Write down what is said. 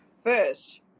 first